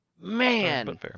man